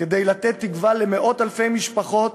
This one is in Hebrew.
כדי לתת תקווה למאות-אלפי משפחות